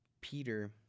Peter